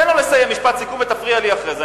תן לי לסיים משפט סיכום ותפריע לי אחרי זה.